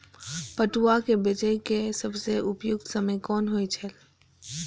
पटुआ केय बेचय केय सबसं उपयुक्त समय कोन होय छल?